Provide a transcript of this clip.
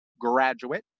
graduate